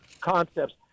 concepts